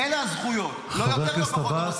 אלה הזכויות, לא יותר, לא פחות.